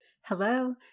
Hello